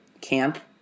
camp